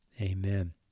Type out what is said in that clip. Amen